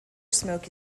smoke